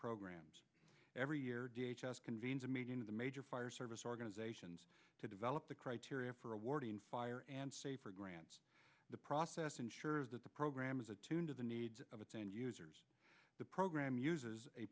programs every year convenes a meeting of the major fire service organizations to develop the criteria for awarding fire and safer grants the process ensures that the program is attuned to the needs of its end users the program uses a